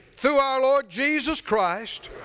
through our lord jesus christ.